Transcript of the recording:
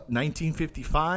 1955